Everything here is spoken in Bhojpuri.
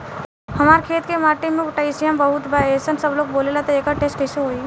हमार खेत के माटी मे पोटासियम बहुत बा ऐसन सबलोग बोलेला त एकर टेस्ट कैसे होई?